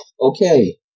Okay